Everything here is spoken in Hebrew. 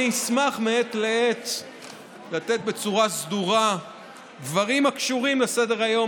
אני אשמח מעת לעת לתת בצורה סדורה דברים הקשורים לסדר-היום,